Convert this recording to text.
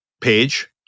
page